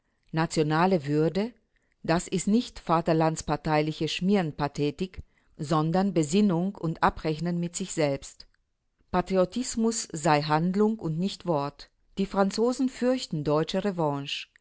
nationale würde das ist nicht vaterlandsparteiliche schmierenpathetik sondern besinnung und abrechnen mit sich selbst patriotismus das sei handlung und nicht wort die franzosen fürchten deutsche revanche